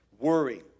Worry